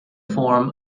form